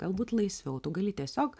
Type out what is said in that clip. galbūt laisviau tu gali tiesiog